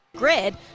grid